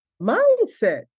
mindset